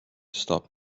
stop